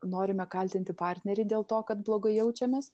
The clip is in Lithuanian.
norime kaltinti partnerį dėl to kad blogai jaučiamės